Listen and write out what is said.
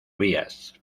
vías